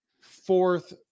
fourth